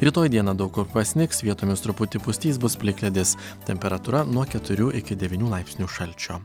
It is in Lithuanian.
rytoj dieną daug kur pasnigs vietomis truputį pustys bus plikledis temperatūra nuo keturių iki devynių laipsnių šalčio